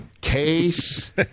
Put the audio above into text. Case